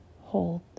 Hold